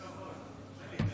נורא.